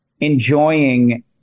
enjoying